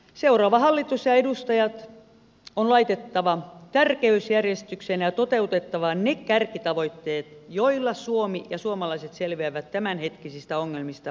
seuraava hallitus ja edustajat on laitettava tärkeysjärjestykseen ja toteutettava ne kärkitavoitteet joilla suomi ja suomalaiset selviävät tämänhetkisistä ongelmista voittajina